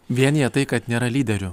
vienija tai kad nėra lyderių